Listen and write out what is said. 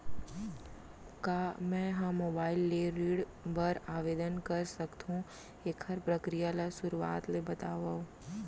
का मैं ह मोबाइल ले ऋण बर आवेदन कर सकथो, एखर प्रक्रिया ला शुरुआत ले बतावव?